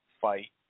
fight